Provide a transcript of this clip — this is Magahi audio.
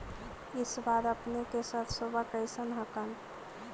इस बार अपने के सरसोबा कैसन हकन?